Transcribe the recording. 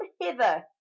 hither